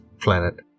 planet